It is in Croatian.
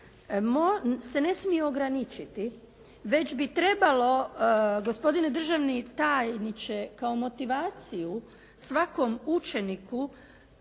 se ne smije ograničiti već bi trebalo gospodine državni tajniče kao motivaciju svakom učeniku